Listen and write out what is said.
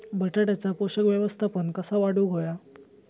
बटाट्याचा पोषक व्यवस्थापन कसा वाढवुक होया?